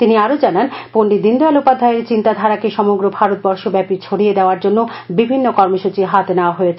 তিনি আরও জানান পণ্ডিত দীনদয়াল উপাধ্যায়ের চিন্তা ধারাকে সমগ্র ভারতবর্ষ ব্যাপী ছড়িয়ে দেওয়ার জন্য বিভিন্ন কর্মসূচী হাতে নেওয়া হয়েছে